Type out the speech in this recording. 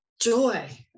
joy